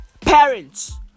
parents